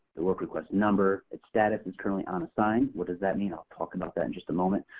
the work request number, its status is currently unassigned. what does that mean? i'll talk about that in just a moment.